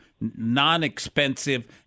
non-expensive